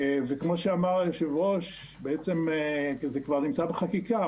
וכמו שאמר יושב הראש, בעצם שזה כבר נמצא בחקיקה.